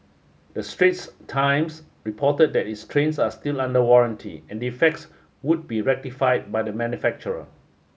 the Straits Times reported that the trains are still under warranty and defects would be rectified by the manufacturer